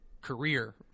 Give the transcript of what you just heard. career